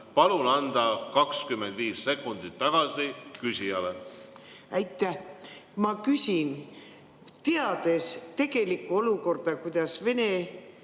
Palun anda 25 sekundit tagasi küsijale! Aitäh! Ma küsin, teades tegelikku olukorda, kui